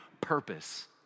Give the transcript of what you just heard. purpose